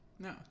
No